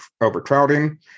overcrowding